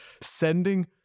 sending